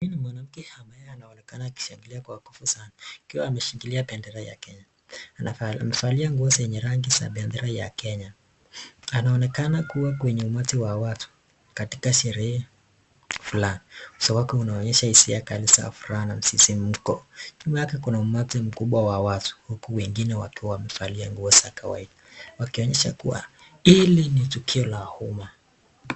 Huyu ni mwanamke ambaye anaonekana akishangilia kwa nguvu sana, akiwa ameshikilia bendera ya Kenya. Amevalia nguo zenye rangi za bendera ya Kenya. Anaonekana kuwa kwenye umati wa watu katika sherehe fulani. Uso wake unaonyesha hisia kali za furaha na msisimko. Nyuma yake kuna umati mkubwa wa watu huku wengine wakiwa wamevalia nguo za kawaida, wakionyesha kuwa hili ni tukio la umma.